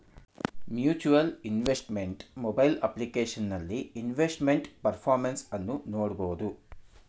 mutual investment mobile ಅಪ್ಲಿಕೇಶನಲ್ಲಿ investment performance ಅನ್ನು ನೋಡ್ಬೋದು